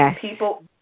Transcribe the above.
people